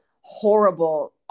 horrible